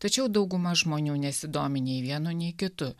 tačiau dauguma žmonių nesidomi nei vienu nei kitu